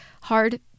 hard